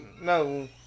No